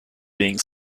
being